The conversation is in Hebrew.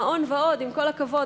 "מעון ועוד" עם כל הכבוד,